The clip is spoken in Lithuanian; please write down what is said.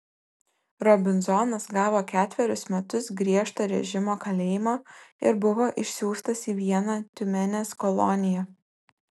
robinzonas gavo ketverius metus griežto režimo kalėjimo ir buvo išsiųstas į vieną tiumenės koloniją